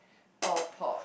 all pop